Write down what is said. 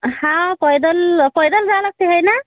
हो पैदल पैदल जावं लागते हो ना